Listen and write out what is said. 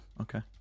okay